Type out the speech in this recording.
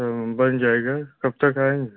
तो बन जाएगा कब तक आएँगे